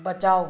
बचाओ